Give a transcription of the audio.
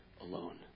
alone